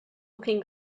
looking